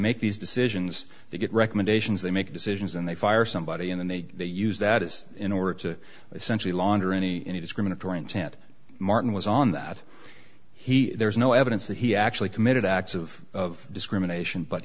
make these decisions they get recommendations they make decisions and they fire somebody and then they use that is in order to essentially launder any any discriminatory intent martin was on that he there's no evidence that he actually committed acts of discrimination but